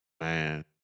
Man